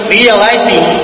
realizing